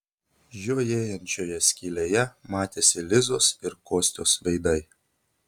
žiojėjančioje skylėje matėsi lizos ir kostios veidai